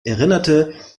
erinnerte